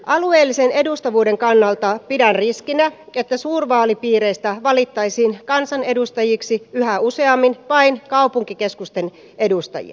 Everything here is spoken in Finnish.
alueellisen edustavuuden kannalta pidän riskinä että suurvaalipiireistä valittaisiin kansanedustajiksi yhä useammin vain kaupunkikeskusten edustajia